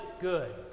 good